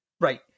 Right